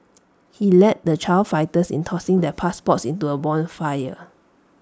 he led the child fighters in tossing their passports into A bonfire